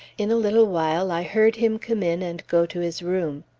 in a little while i heard him come in and go to his room.